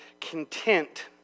content